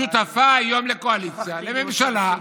שותפה היום לקואליציה, לממשלה,